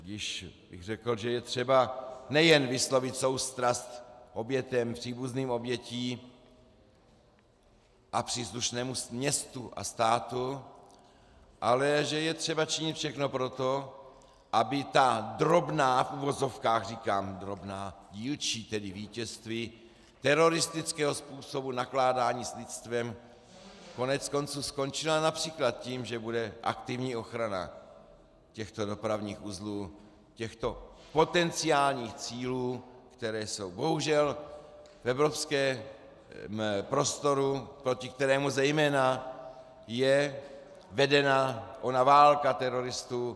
Tudíž bych řekl, že je třeba nejen vyslovit soustrast obětem, příbuzným obětí a příslušnému městu a státu, ale že je třeba činit všechno proto, aby ta drobná v uvozovkách říkám drobná dílčí tedy vítězství teroristického způsobu nakládání s lidstvem koneckonců skončila např. tím, že bude aktivní ochrana těchto dopravních uzlů, těchto potenciálních cílů, které jsou bohužel v evropském prostoru, proti kterému zejména je vedena ona válka teroristů.